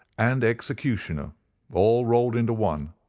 and executioner all rolled into one.